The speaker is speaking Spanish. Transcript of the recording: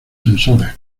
sensores